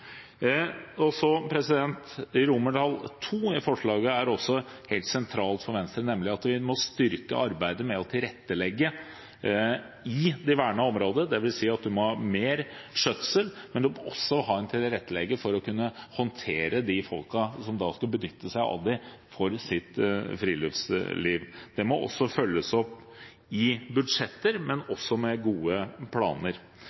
i komiteens tilrådning er også helt sentralt for Venstre, nemlig at vi må styrke arbeidet med å tilrettelegge i de vernede områdene, dvs. at man må ha mer skjøtsel, men også tilrettelegge for å kunne håndtere de folkene som skal benytte seg av disse områdene i sitt friluftsliv. Det må også følges opp i budsjetter, men også med gode planer.